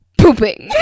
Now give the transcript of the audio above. pooping